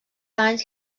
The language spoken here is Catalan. anys